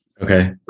Okay